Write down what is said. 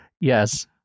yes